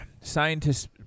Scientists